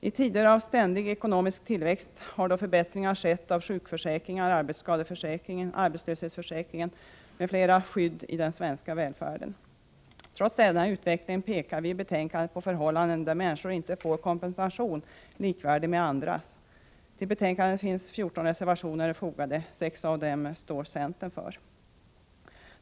I tider av ständig ekonomisk tillväxt har förbättringar skett av sjukförsäkringar, arbetsskadeförsäkringen, arbetslöshetsförsäkringen m.fl. skydd i den svenska välfärden. Trots denna utveckling pekar vi i betänkandet på förhållanden där människor inte får kompensation likvärdig med andras. Till betänkandet finns 14 reservationer fogade, och sex av dem står centern för.